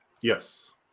Yes